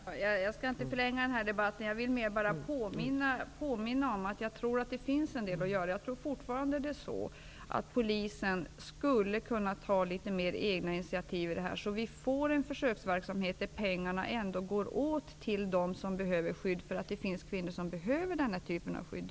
Fru talman! Jag skall inte förlänga denna debatt, men jag skall bara påminna om att jag tror att det finns en del att göra. Jag tror fortfarande att polisen skulle kunna ta litet mer egna initiativ i detta sammanhang, så att vi får en försöksverksamhet, där pengarna går till dem som verkligen behöver skydd. Jag tror nämligen att det finns kvinnor som behöver denna typ av skydd.